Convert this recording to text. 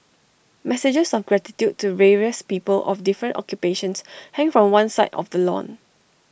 messages of gratitude to various people of different occupations hang from one side of the lawn